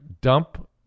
dump